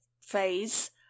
phase